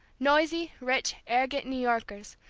noisy, rich, arrogant new yorkers,